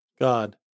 God